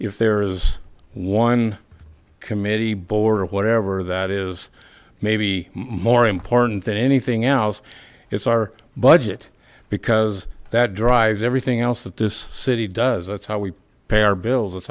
if there is one committee board or whatever that is maybe more important than anything else it's our budget because that drives everything else that this city does that's how we pay our bills that's